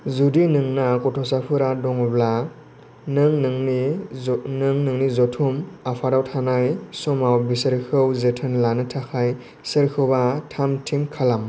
जुदि नोंना गथ'साफोरा दङ'ब्ला नों नोंनि जथुम आफादाव थानाय समाव बिसोरखौ जोथोन लानो थाखाय सोरखौबा थाम थिम खालाम